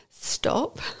stop